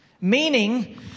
Meaning